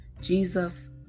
Jesus